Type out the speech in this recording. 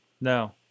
No